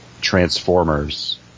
Transformers